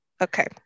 Okay